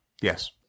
Yes